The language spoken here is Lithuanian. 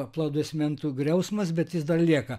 aplodismentų griausmas bet jis dar lieka